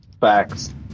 Facts